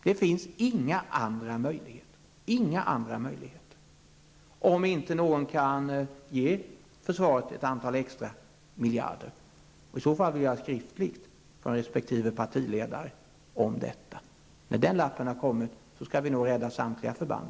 Det finns inga andra möjligheter, om inte någon ger försvaret ett antal extra miljarder. I så fall vill jag ha det skriftligt från resp. partiledare. När en sådan lapp har kommit skall vi nog kunna rädda samtliga förband.